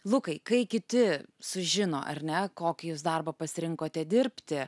lukai kai kiti sužino ar ne kokį jūs darbą pasirinkote dirbti